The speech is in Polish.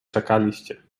czekaliście